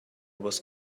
was